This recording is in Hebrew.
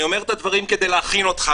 אני אומר את הדברים כדי להכין אותך,